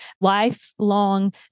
lifelong